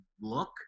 look